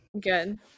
Good